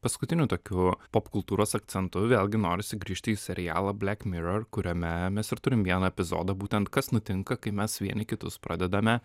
paskutiniu tokiu popkultūros akcentu vėlgi norisi grįžti į serialą black mirror kuriame mes ir turim vieną epizodą būtent kas nutinka kai mes vieni kitus pradedame